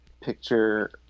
picture